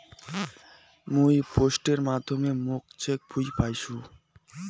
মুই পোস্টের মাধ্যমে মোর চেক বই পাইসু